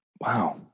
Wow